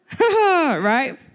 Right